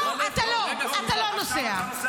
אתה לא נוסע.